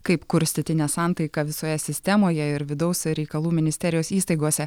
kaip kurstyti nesantaiką visoje sistemoje ir vidaus reikalų ministerijos įstaigose